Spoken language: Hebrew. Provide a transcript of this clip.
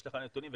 יש לך נתונים?